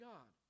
God